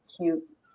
cute